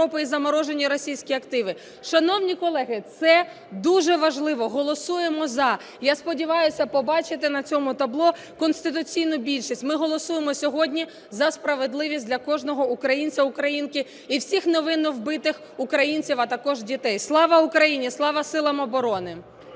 Шановні колеги, це дуже важливо, голосуємо за. Я сподіваюся побачити на цьому табло конституційну більшість. Ми голосуємо сьогодні за справедливість для кожного українця/українки і всіх невинно вбитих українців, а також дітей. Слава Україні! Слава силам оборони!